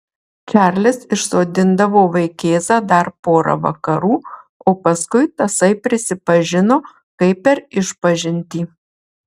čarlis išsodindavo vaikėzą dar pora vakarų o paskui tasai prisipažino kaip per išpažintį